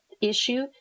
issue